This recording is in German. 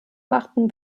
machten